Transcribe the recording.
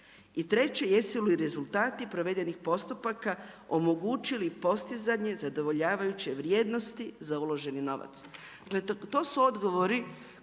i treće jesu li rezultati provedenih postupaka omogućili postizanje zadovoljavajuće vrijednosti za uloženi novac.